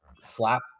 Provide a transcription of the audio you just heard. slap